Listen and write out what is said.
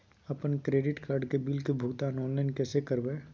अपन credit card के bill के भुगतान ऑनलाइन कैसे करबैय?